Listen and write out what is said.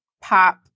pop